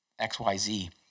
XYZ